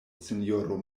sinjoro